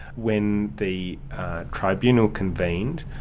when the tribunal convened,